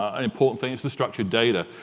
ah important thing to structured data.